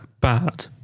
bad